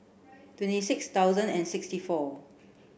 twenty six thousand and sixty four